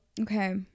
okay